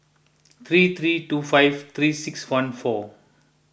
three three two five three six one four